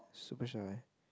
super shy